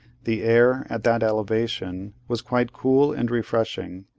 the air, at that elevation, was quite cool and refreshing,